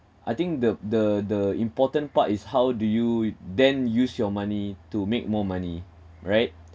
I think the the the important part is how do you then use your money to make more money right